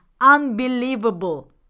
unbelievable